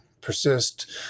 persist